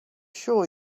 sure